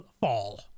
Fall